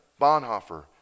Bonhoeffer